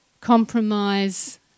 compromise